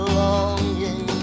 longing